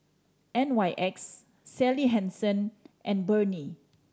N Y X Sally Hansen and Burnie